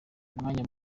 umwanya